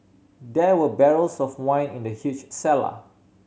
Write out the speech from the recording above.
there were barrels of wine in the huge cellar